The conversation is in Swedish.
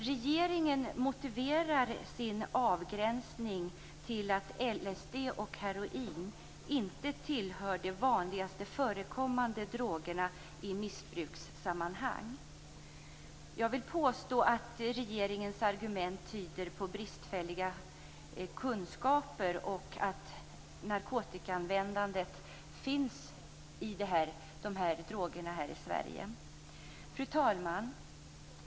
Regeringen motiverar sin avgränsning med att LSD och heroin inte tillhör de vanligaste förekommande drogerna i missbrukssammanhang. Jag vill påstå att regeringens argument tyder på bristfälliga kunskaper och att de här drogerna finns här i Sverige. Fru talman!